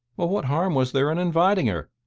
well what harm was there in inviting her?